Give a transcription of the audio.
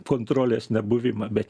kontrolės nebuvimą bet